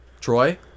Troy